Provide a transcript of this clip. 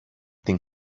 την